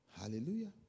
Hallelujah